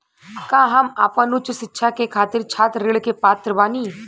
का हम आपन उच्च शिक्षा के खातिर छात्र ऋण के पात्र बानी?